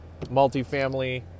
multifamily